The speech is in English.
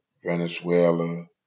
Venezuela